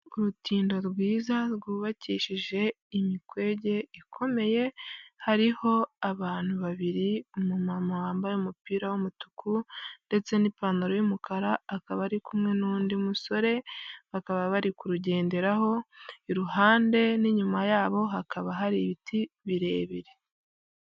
Urutindo rwiza rwubakishije imikwe ikomeye, hariho abantu babiri, umumama wambaye umupira w'umutuku ndetse n'ipantaro y'umukara, akaba ari kumwe n'undi musore bakaba bari kurugenderaho iruhande n'inyuma yabo hakaba hari ibiti birebire.